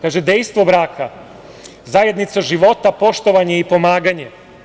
Kaže – dejstvo braka: zajednica života, poštovanje i pomaganje.